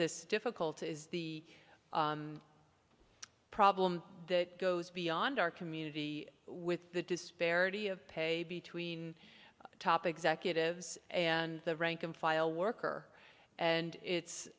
this difficult is the problem that goes beyond our community with the disparity of pay between top executives and the rank and file worker and it's